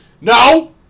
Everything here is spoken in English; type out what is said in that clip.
No